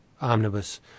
omnibus